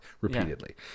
repeatedly